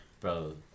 bro